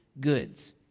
goods